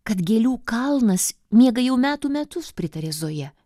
kad gėlių kalnas miega jau metų metus pritarė zoja